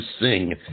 sing